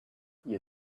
you